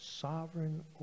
sovereign